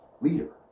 leader